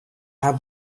har